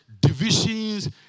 divisions